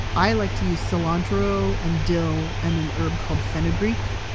i like to use cilantro and dill and an herb called fenugreek.